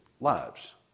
lives